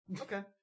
Okay